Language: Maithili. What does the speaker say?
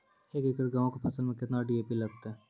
एक एकरऽ गेहूँ के फसल मे केतना डी.ए.पी लगतै?